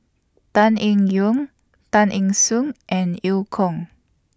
Tan Eng Yoon Tay Eng Soon and EU Kong